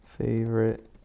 favorite